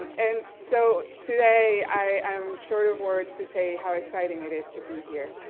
and and so today i'm short of words to say how exciting it is to be here.